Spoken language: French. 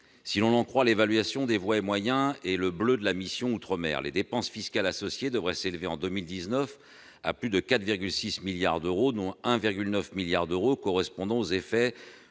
si l'on en croit l'évaluation des voies et moyens et le « bleu » de la mission « Outre-mer », les dépenses fiscales associées devraient s'élever, en 2019, à plus de 4,6 milliards d'euros, dont 1,9 milliard d'euros correspondant aux effets